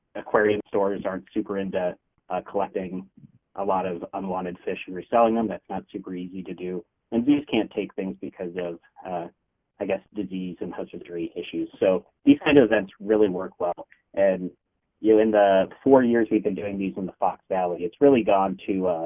aquarium stores aren't super into collecting a lot of unwanted fish and reselling them that's not super easy to do and can't take things because of i guess disease and hazard reissues so these kind of events really work well and you in the four years we've been doing these in the fox valley it's really gone to